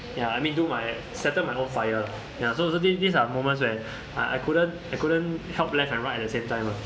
ya I mean do my settle my own fire lah ya so so these these are moments when I couldn't I couldn't help left and right at the same time lah